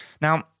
Now